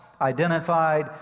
identified